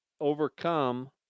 overcome